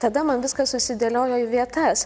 tada man viskas susidėliojo į vietas